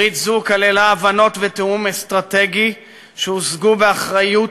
ברית זו כללה הבנות ותיאום אסטרטגי שהושגו באחריות,